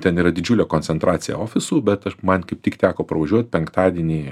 ten yra didžiulė koncentracija ofisų bet man kaip tik teko pravažiuot penktadienį